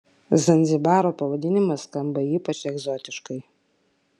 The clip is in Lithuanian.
zanzibaro pavadinimas skamba ypač egzotiškai